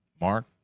Mark